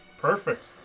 Perfect